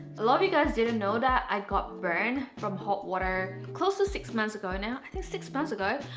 a lot of you guys didn't know that i got burnt from hot water close to ah six months ago now i think six months ago.